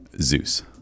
Zeus